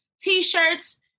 T-shirts